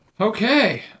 Okay